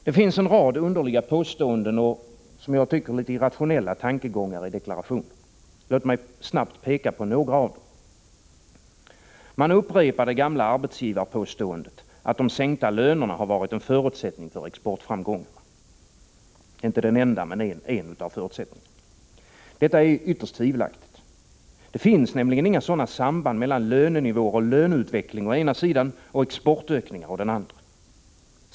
Det finns en lång rad underliga påståenden och, som jag tycker, litet irrationella tankegångar i deklarationen. Låt mig snabbt peka på några av dem. Regeringen upprepar det gamla arbetsgivarpåståendet att de sänkta lönerna har varit en förutsättning — dock inte den enda — för exportframgångarna. Detta är ytterst tvivelaktigt. Det finns nämligen inga sådana samband mellan lönenivåer och löneutveckling å ena sidan och exportökningar å den andra.